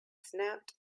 snapped